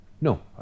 No